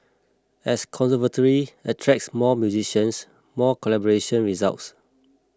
as conservatory attracts more musicians more collaboration results